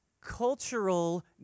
cultural